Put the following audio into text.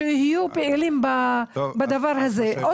שיהיו פעילים בדבר הזה?